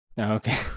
Okay